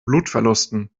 blutverlusten